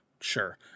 sure